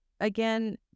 again